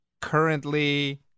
currently